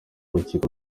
urukiko